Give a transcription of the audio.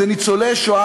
זה ניצולי שואה,